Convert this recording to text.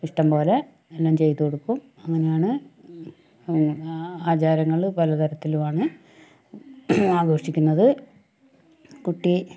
ഇഷ്ടംപോലെ എല്ലാം ചെയ്തുകൊടുക്കും അങ്ങനെയാണ് ആ ആചാരങ്ങൾ പല തരത്തിലുമാണ് ആഘോഷിക്കുന്നത് കുട്ടി